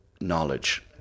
knowledge